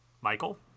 Michael